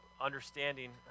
understanding